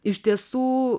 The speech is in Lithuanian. iš tiesų